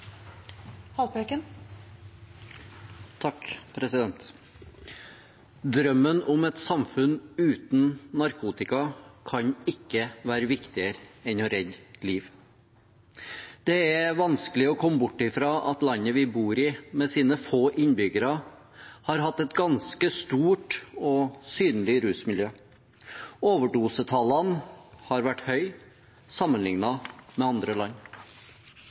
Drømmen om et samfunn uten narkotika kan ikke være viktigere enn å redde liv. Det er vanskelig å komme bort fra at landet vi bor i, med sine få innbyggere, har hatt et ganske stort og synlig rusmiljø. Overdosetallene har vært høye sammenlignet med andre land. Det er få ungdommer i Norge som bruker rusmidler sammenlignet med andre land,